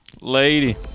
Lady